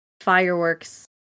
fireworks